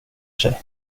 sig